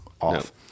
Off